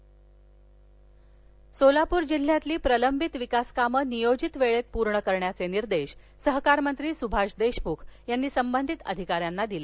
सुभाष देशमुख सोलापूर जिल्ह्यातली प्रलंबित विकास कामं नियोजित वेळेत पूर्ण करण्याचे निर्देश सहकारमंत्री सुभाष देशमुख यांनी संबंधित अधिकाऱ्यांना दिले